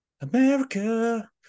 America